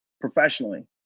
professionally